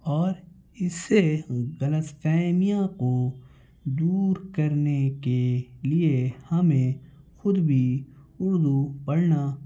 اور اس سے غلط فہمیاں کو دور کرنے کے لیے ہمیں خود بھی اردو پڑھنا